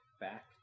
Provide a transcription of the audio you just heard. back